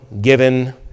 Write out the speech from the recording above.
given